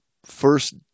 First